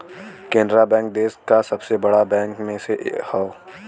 Canara bank देस का सबसे बड़ा बैंक में से हौ